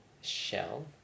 shell